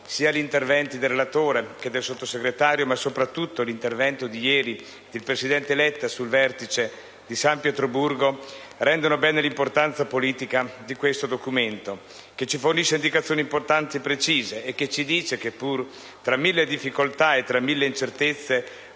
Sia l'intervento del relatore che del Sottosegretario, ma soprattutto l'intervento di ieri del presidente Letta sul Vertice di San Pietroburgo rendono bene l'importanza politica di questo Documento, che ci fornisce indicazioni importanti e precise e che ci dice che, pure tra mille difficoltà e incertezze,